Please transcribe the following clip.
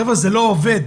חבר'ה, זה לא עובד.